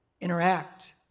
interact